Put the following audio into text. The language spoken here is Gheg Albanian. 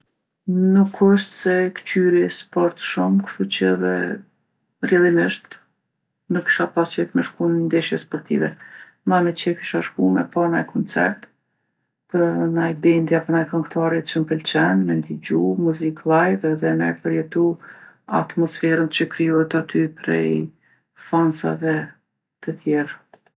Nuk osht se kqyri sport shumë kshtu që edhe, rrjedhimisht, nuk kisha pasë qef me shku n'ndeshje sportive. Ma me qejf isha shku me pa naj koncert të naj bendi apo naj këngtari që m'pëlqen me ndigju muzikë llajv edhe me përjetu atmosferën që krijohet aty prej fansave të tjerë.